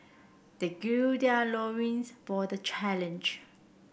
they gird their loins for the challenge